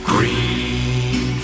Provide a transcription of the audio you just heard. Green